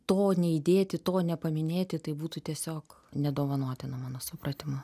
to neįdėti to nepaminėti tai būtų tiesiog nedovanotina mano supratimu